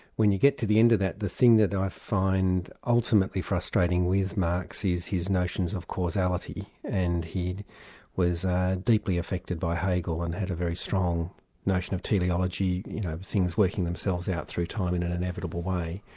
when you get to the end of that, the thing that i find ultimately frustrating with marx is his notions of causality, and he was deeply affected by hegel, and had a very strong notion of teleology, with you know things working themselves out through time in an inevitable way,